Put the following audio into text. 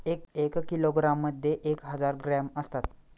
एक किलोग्रॅममध्ये एक हजार ग्रॅम असतात